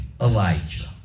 Elijah